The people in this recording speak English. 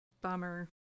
bummer